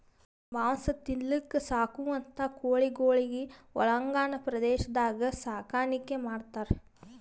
ಮಾಂಸ ತಿನಲಕ್ಕ್ ಸಾಕುವಂಥಾ ಕೋಳಿಗೊಳಿಗ್ ಒಳಾಂಗಣ ಪ್ರದೇಶದಾಗ್ ಸಾಕಾಣಿಕೆ ಮಾಡ್ತಾರ್